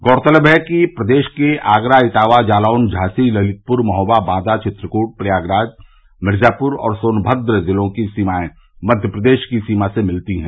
गौरतलब है कि प्रदेश के आगरा इटावा जालौन झांसी ललितपुर महोबा बांदा चित्रकूट प्रयागराज मिर्जापुर और सोनमद्र जिलों की सीमाएं मध्य प्रदेश की सीमा से मिलती है